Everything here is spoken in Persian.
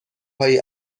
هایی